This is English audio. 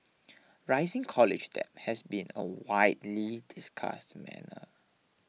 rising college debt has been a widely discussed matter